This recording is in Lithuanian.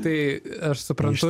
tai aš suprantu